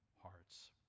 hearts